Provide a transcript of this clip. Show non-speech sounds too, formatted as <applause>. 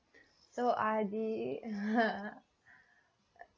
so ardi <laughs>